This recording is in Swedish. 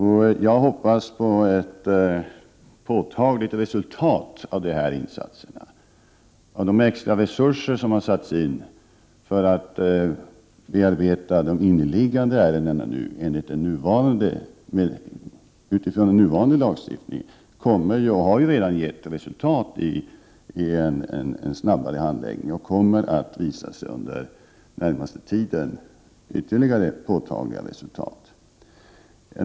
Jag hoppas på ett påtagligt resultat av dessa insatser. De extra resurser som har satts in för att bearbeta de inneliggande ärendena utifrån den nuvarande lagstiftningen har redan gett resultat i form av en snabbare handläggning och kommer under den närmaste tiden att ge ytterligare påtagliga resultat.